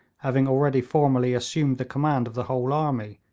having already formally assumed the command of the whole army,